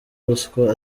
ruswa